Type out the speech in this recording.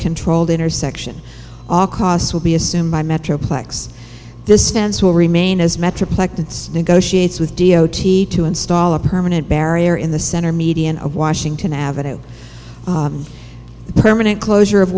controlled intersection all costs will be assumed by metroplex this stance will remain as metroplex it's negotiates with d o t to install a permanent barrier in the center median of washington avenue permanent closure of